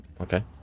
okay